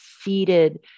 seated